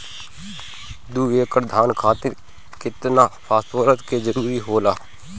दु एकड़ धान खातिर केतना फास्फोरस के जरूरी होला?